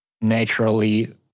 naturally